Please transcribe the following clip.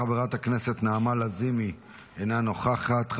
חברת הכנסת נעמה לזימי, אינה נוכחת.